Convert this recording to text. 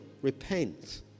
repent